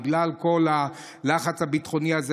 בגלל כל הלחץ הביטחוני הזה,